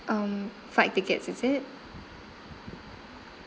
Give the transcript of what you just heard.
um flight tickets is it